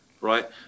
right